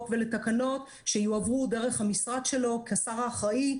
ולתקנות שיועברו דרך המשרד שלו כשר האחראי,